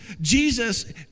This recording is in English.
Jesus